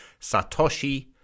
Satoshi